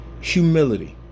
humility